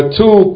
two